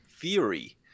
theory